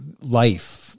life